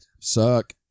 suck